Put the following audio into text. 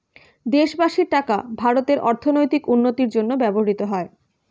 দেশবাসীর টাকা ভারতের অর্থনৈতিক উন্নতির জন্য ব্যবহৃত হয়